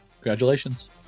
Congratulations